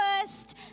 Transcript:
first